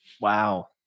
Wow